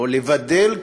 לבדל,